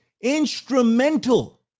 instrumental